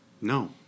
No